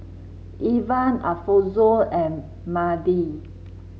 Evan Alfonzo and Madie